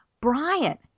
Brian